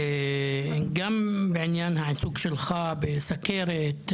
גם בעניין העיסוק שלך בסוכרת,